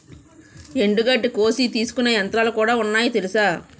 ఎండుగడ్డి కోసి తీసుకునే యంత్రాలుకూడా ఉన్నాయి తెలుసా?